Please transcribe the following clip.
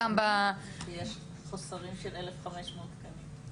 יש חוסרים של 1,500 תקנים.